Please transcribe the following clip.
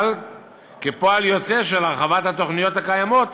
כפועל יוצא של הרחבת התוכניות הקיימות